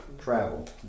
travel